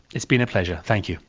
it's been a pleasure, thank you.